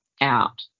out